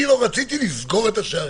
אני לא רציתי לסגור את השערים,